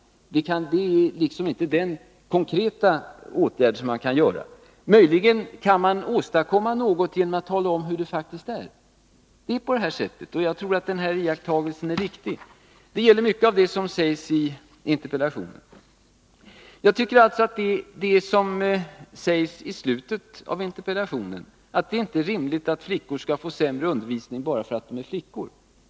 Det är inte den konkreta åtgärd som man kan vidta. Möjligen kan man åstadkomma något genom att tala om hur förhållandena faktiskt är. Jag tror att iakttagelsen är riktig, och det gäller mycket av det som sägs i interpellationen. I slutet av interpellationen sägs att det inte är rimligt att flickor skall få sämre undervisning bara för att de är flickor.